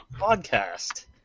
podcast